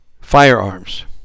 firearms